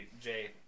Jay